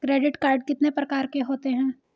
Credit card कितने प्रकार के होते हैं?